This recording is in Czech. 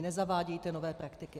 Nezavádějte nové praktiky.